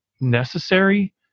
necessary